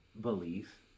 belief